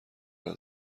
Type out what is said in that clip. کردن